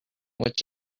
which